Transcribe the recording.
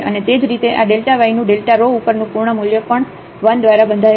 અને તે જ રીતે આ y નું r ઉપરનું પૂર્ણ મૂલ્ય પણ 1 દ્વારા બંધાયેલું છે